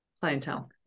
clientele